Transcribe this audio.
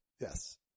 Yes